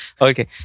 Okay